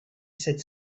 said